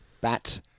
Bat